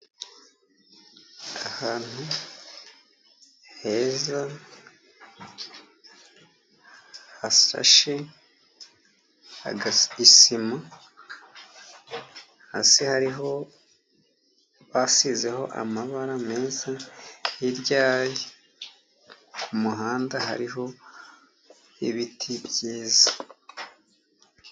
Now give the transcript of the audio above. Ahantu heza hasashe isima. Hasi basizeho amabara meza. Hirya yaho ku muhanda hariho ibiti byiza.